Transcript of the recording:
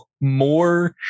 more